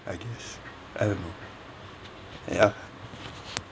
I guess I don't know ya